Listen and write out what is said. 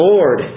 Lord